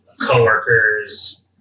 coworkers